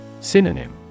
Synonym